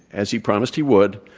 as he promised he would,